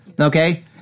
okay